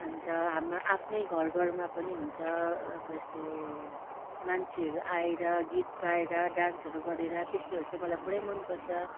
अन्त हाम्रो आफ्नै घर घरमा पनि हुन्छ अब यस्तो मान्छेहरू आएर गीत गाएर डान्सहरू गरेर त्यस्तोहरू चाहिँ मलाई पुरै मन पर्छ